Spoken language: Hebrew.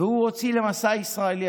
שהוא הוציא למסע ישראלי,